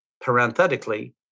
parenthetically